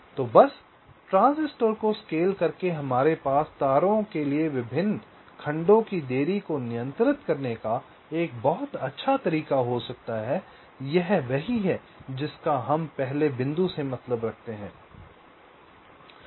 तो बस ट्रांजिस्टर को स्केल करके हमारे पास तारों के विभिन्न खंडों की देरी को नियंत्रित करने का एक बहुत अच्छा तरीका हो सकता है यह वही है जिसका हम पहले बिंदु से मतलब रखते हैं